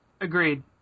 Agreed